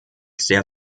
sehr